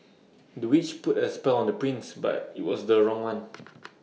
the witch put A spell on the prince but IT was the wrong one